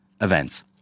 events